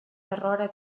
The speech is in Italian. errore